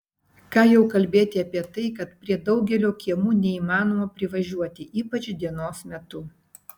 ką jau kalbėti apie tai kad prie daugelio kiemų neįmanoma privažiuoti ypač dienos metu